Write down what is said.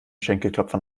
schenkelklopfer